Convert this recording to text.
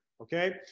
Okay